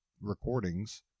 recordings